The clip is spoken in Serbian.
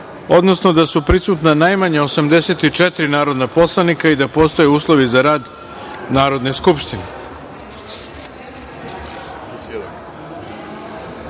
odnosno da su prisutna najmanje 84 narodna poslanika i da postoje uslovi za rad Narodne skupštine. Dame